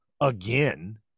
again